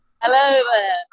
hello